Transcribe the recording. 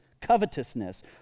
covetousness